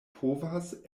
povas